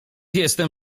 jestem